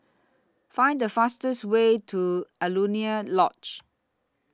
Find The fastest Way to Alaunia Lodge